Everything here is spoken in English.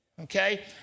okay